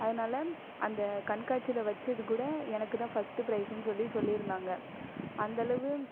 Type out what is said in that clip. அதனால அந்த கண்காட்சியில வச்சது கூட எனக்குதான் ஃபர்ஸ்ட்டு ப்ரைஸ்னு சொல்லி சொல்லிருந்தாங்க அந்தளவு